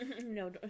No